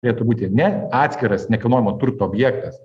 turėtų būti ne atskiras nekilnojamo turto objektas